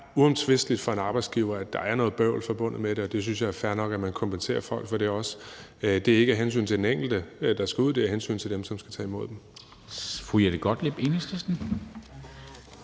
uomtvisteligt, at der for en arbejdsgiver er noget bøvl forbundet med det, og det synes jeg er fair nok at man kompenserer folk for også. Det er ikke af hensyn til den enkelte, der skal ud – det er af hensyn til dem, som skal tage imod dem Kl. 11:24 Formanden